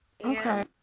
Okay